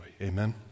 Amen